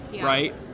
right